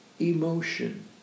emotion